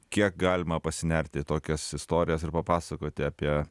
kiek galima pasinerti į tokias istorijas ir papasakoti apie